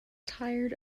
tired